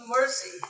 mercy